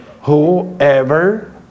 Whoever